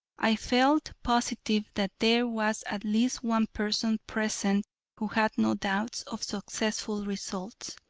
i felt positive that there was at least one person present who had no doubts of successful results.